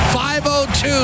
5-0-2